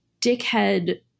dickhead